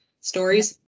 stories